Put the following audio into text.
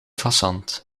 fazant